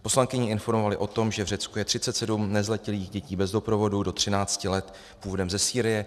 Poslankyni informovaly o tom, že v Řecku je 37 nezletilých dětí bez doprovodu do 13 let původem ze Sýrie.